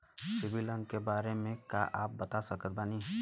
CIBIL अंक के बारे मे का आप बता सकत बानी?